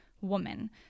woman